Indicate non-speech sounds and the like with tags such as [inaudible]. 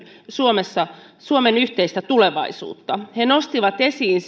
suomessa suomen yhteistä tulevaisuutta he nostivat esiin [unintelligible]